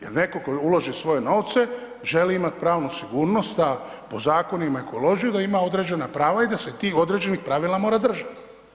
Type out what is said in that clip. Jer netko tko uloži svoje novce želi imati pravnu sigurnost da po zakonima i koji je uložio da ima određena prava i da se tih određenih pravila mora držat.